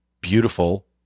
beautiful